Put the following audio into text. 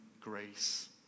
grace